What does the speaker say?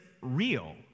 real